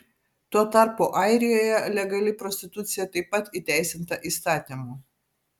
tuo tarpu airijoje legali prostitucija taip pat įteisinta įstatymu